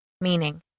Meaning